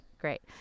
great